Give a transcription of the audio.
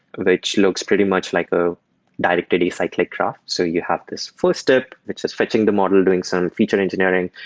which looks pretty much like a directed acyclic graph. so you have this first step, which is fetching the model, doing some feature engineering.